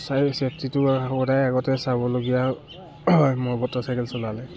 চাই চেফটিটো সদায় আগতে চাবলগীয়া হয় মই মটৰ চাইকেল চলালে